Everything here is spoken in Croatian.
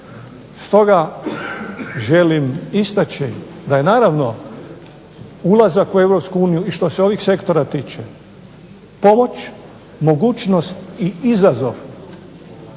Stoga želim istaći da je naravno ulazak u EU i što se ovih sektora tiče pomoć, mogućnost i izazov.